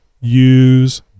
use